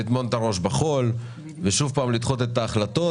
לטמון את הראש בחול ושוב לדחות את ההחלטות.